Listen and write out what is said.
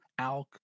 ALK